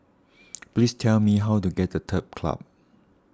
please tell me how to get to Turf Club